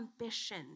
ambition